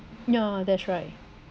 ya that's right